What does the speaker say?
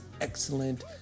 excellent